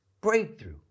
breakthrough